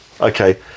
Okay